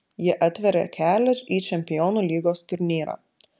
ji atveria kelią į čempionų lygos turnyrą